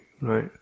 right